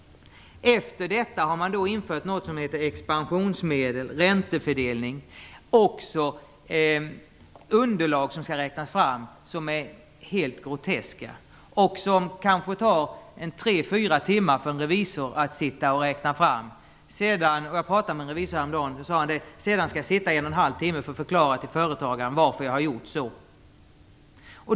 Efter detta har man infört något som heter expansionsmedel, räntefördelning. Det är också underlag som skall räknas fram som är helt groteska. Det tar kanske tre-fyra timmar för en revisor att räkna fram dem. Jag pratade med en revisor häromdagen. Han sade att han sedan får sitta i en och halv timme för att förklara för företagaren varför han har gjort så.